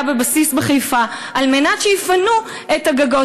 בבסיס בחיפה על מנת שיפנו את הגגות,